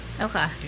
okay